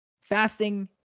Fasting